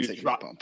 drop